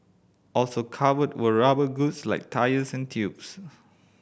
also covered were rubber goods like tyres and tubes